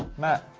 matt.